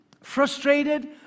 frustrated